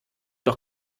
doch